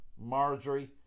Marjorie